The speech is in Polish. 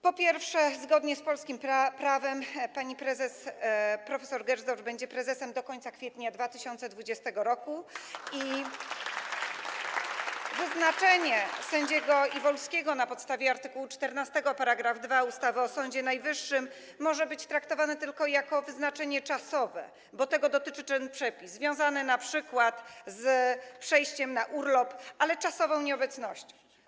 Po pierwsze, zgodnie z polskim prawem pani prezes prof. Gersdorf będzie prezesem do końca kwietnia 2020 r. ...i wyznaczenie sędziego Iwulskiego na podstawie art. 14 § 2 ustawy o Sądzie Najwyższym może być traktowane tylko jako wyznaczenie czasowe, bo tego dotyczy ten przepis, związane np. z pójściem na urlop, z czasową nieobecnością.